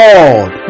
Lord